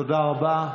תודה רבה.